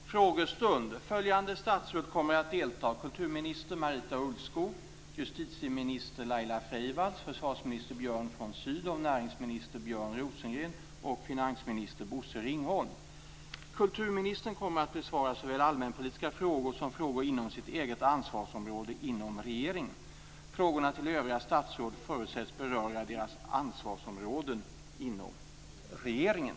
Nu följer en frågestund. Följande statsråd kommer att delta: kulturminister Marita Ulvskog, justitieminister Laila Freivalds, försvarsminister Björn von Kulturministern kommer att besvara såväl allmänpolitiska frågor som frågor inom sitt eget ansvarsområde inom regeringen. Frågorna till övriga statsråd förutsätts beröra deras ansvarsområden inom regeringen.